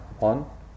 on